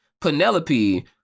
Penelope